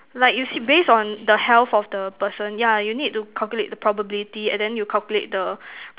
like you see based on the health of the person yeah you need to calculate the probability and then you calculate the